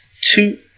two